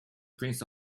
prince